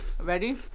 Ready